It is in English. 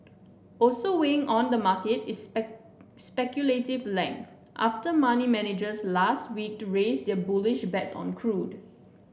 also weighing on the market is speculative length after money managers last week raised their bullish bets on crude